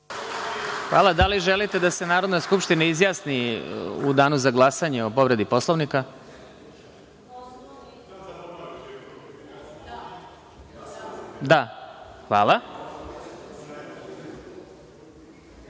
Hvala. Da li želite da se Narodna skupština izjasni u danu za glasanje o povredi Poslovnika?(Maja